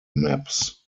maps